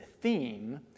theme